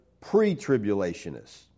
pre-tribulationists